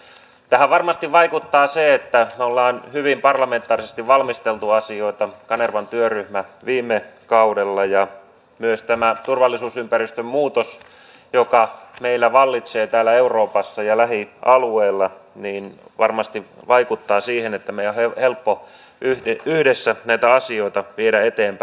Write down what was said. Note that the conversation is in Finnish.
tähän varmasti vaikuttaa se että me olemme hyvin parlamentaarisesti valmistelleet asioita kanervan työryhmä viime kaudella ja myös tämä turvallisuusympäristön muutos joka meillä vallitsee täällä euroopassa ja lähialueilla varmasti vaikuttaa siihen että meidän on helppo yhdessä näitä asioita viedä eteenpäin